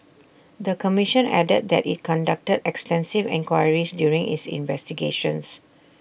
the commission added that IT conducted extensive inquiries during its investigations